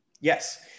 Yes